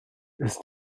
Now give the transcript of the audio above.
ist